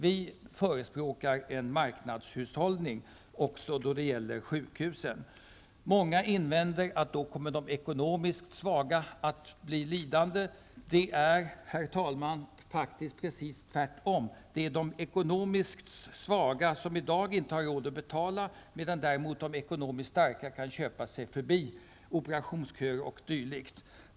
Vi förespråkar en marknadshushållning också då det gäller sjukhusen. Många invänder med att säga att de ekonomisk svaga då kommer att bli lidande. Men det är, herr talman, faktiskt precis tvärtom. Det är det ekonomisk svaga som i dag inte har råd att betala, medan däremot de ekonomiskt starka kan köpa sig förbi operationsköer o.d.